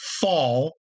fall